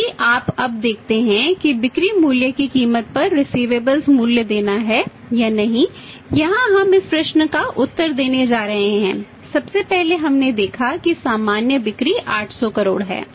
यदि आप अब देखते हैं कि बिक्री मूल्य की कीमत पर रिसिवेबल्स मूल्य देना है या नहीं यहाँ हम इस प्रश्न का उत्तर देने जा रहे हैं सबसे पहले हमने देखा कि सामान्य बिक्री 800 करोड़ है